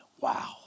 Wow